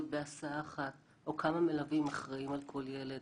בהסעה אחת או כמה מלווים אחראיים על כל ילד.